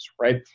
right